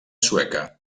sueca